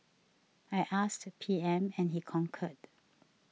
I asked P M and he concurred